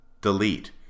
delete